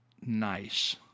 nice